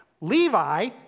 Levi